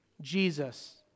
Jesus